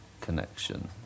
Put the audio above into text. connection